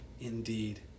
indeed